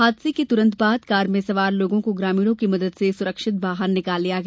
हादसे के तुरन्त बाद कार में सवार लोगों को ग्रामीणों की मदद से सुरक्षित बाहर निकाल लिया गया